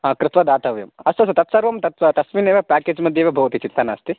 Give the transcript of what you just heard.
हा कृत्वा दातव्यम् अस्तु अस्तु तत्सर्वं तत् तस्मिन्नेव प्याकेज् मध्येव भवति चिन्ता नस्ति